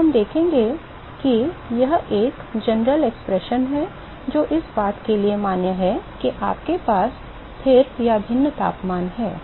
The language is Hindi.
तो हम देखेंगे कि यह एक है सामान्य अभिव्यक्ति जो इस बात के लिए मान्य है कि आपके पास स्थिर या भिन्न तापमान है